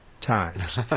times